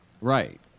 Right